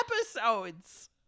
episodes